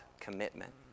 commitment